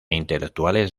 intelectuales